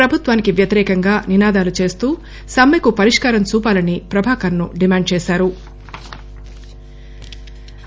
ప్రభుత్వానికి వ్యతిరేకంగా నినాదాలు సమ్మెకు పరిష్కారం చూపాలని ప్రభాకరన్ డిమాండ్ చేశారు